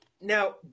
now